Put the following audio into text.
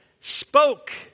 spoke